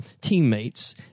teammates